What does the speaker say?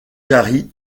jarry